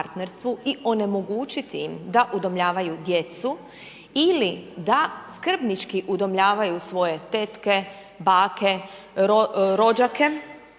i onemogućiti im da udomljavaju djecu ili da skrbnički udomljavaju svoje tetke, bake, rođake